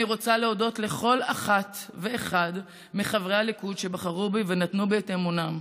אני רוצה להודות לכל אחת ואחד מחברי הליכוד שבחרו בי ונתנו בי את אמונם,